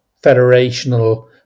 federational